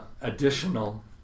additional